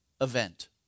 event